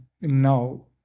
Now